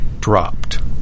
dropped